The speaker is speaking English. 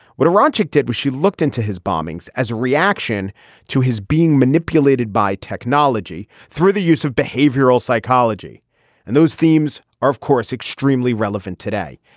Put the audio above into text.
what a rancher did when she looked into his bombings as a reaction to his being manipulated by technology through the use of behavioral psychology and those themes are of course extremely relevant today.